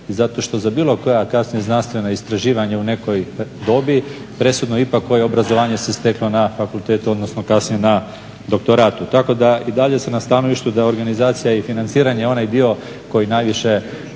zato što za bilo koja kasnije znanstvena istraživanja u nekoj dobi presudno je ipak koje obrazovanje se steklo na fakultetu odnosno kasnije na doktoratu. Tako da i dalje sam na stanovištu da organizacija i financiranje je onaj dio u kojem najviše